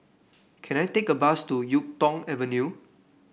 can I take a bus to YuK Tong Avenue